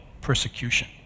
persecution